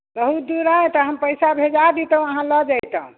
बहुत दूर अइ तऽ हम पैसा भेजा देतहुँ अहाँ लऽ जयतहुँ